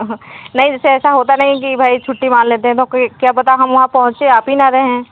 हँ नहीं जैसे ऐसा होता नहीं है कि भाई छुट्टी मार लेते हैं तो क्या पता हम वहाँ पहुँचें आप ही न रहें